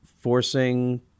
forcing